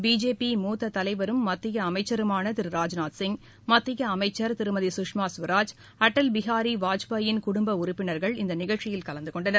BJP மூத்த தலைவரும் மத்திய அமைச்சருமான திரு ராஜ்நாத்சிங் மத்திய அமைச்சர் திருமதி சுஷ்மா ஸ்வராஜ் அடல் பிகாரி வாஜ்பாயின் குடும்ப உறுப்பினர்கள் இந்த நிகழ்ச்சியில் கலந்து கொண்டனர்